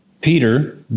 Peter